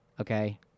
Okay